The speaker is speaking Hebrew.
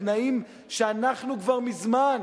בתנאים שאנחנו כבר מזמן,